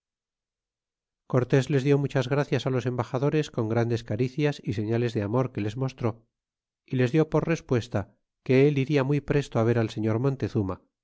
cortés les dió muchas gracias a los ernbaxadores con grandes caricias y seriales de amor que les mostró y les dió por respuesta que él ida muy presto a ver al señor montezuma